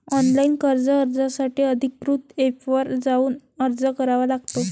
online कर्ज अर्जासाठी अधिकृत एपवर जाऊन अर्ज करावा लागतो